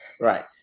right